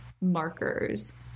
markers